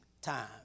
time